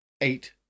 eight